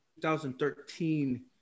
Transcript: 2013